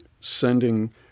sending